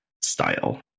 style